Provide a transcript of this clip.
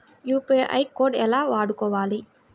UPI code ఎలా వాడుకోవాలి?